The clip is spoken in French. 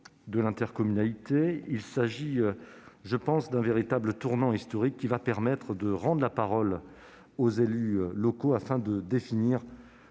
de l'intercommunalité constitue, je le pense, un véritable tournant historique, qui va permettre de rendre la parole aux élus locaux, afin de définir